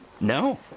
No